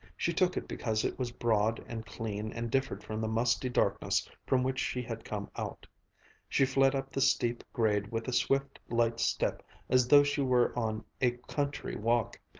she took it because it was broad and clean and differed from the musty darkness from which she had come out she fled up the steep grade with a swift, light step as though she were on a country walk.